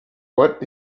what